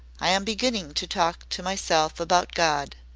i am beginning to talk to myself about god.